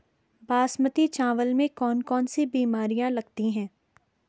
बासमती चावल में कौन कौन सी बीमारियां लगती हैं?